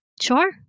Sure